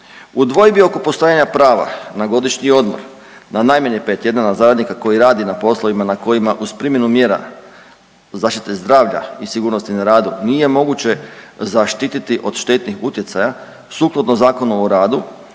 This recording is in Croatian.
dvojbi oko postojanja prava na godišnji odmor na najmanje pet tjedana za radnika koji radi na poslovima na kojima uz primjenu mjera zaštite zdravlja i sigurnosti na radu nije moguće zaštititi od štetnih utjecaja sukladno Zakonu o radu,